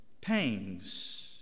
pangs